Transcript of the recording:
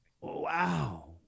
Wow